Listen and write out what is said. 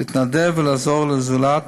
להתנדב ולעזור לזולת,